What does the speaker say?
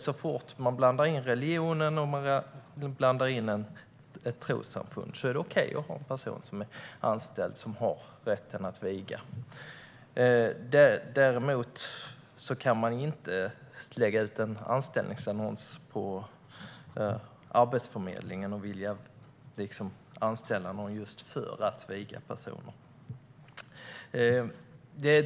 Så fort man blandar in religion och ett trossamfund är det okej att ha en person anställd som har rätt att viga. Däremot kan man inte lägga ut en anställningsannons hos Arbetsförmedlingen för att anställa någon för att just viga personer.